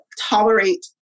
tolerate